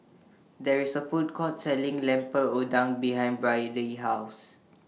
There IS A Food Court Selling Lemper Udang behind Byrdie's House